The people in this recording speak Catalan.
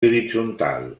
horitzontal